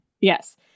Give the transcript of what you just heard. Yes